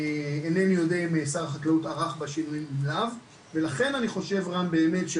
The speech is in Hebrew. ואינני יודע אם שר החקלאות ערך בה שינויים וכן אני חושב רם באמת,